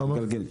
למה?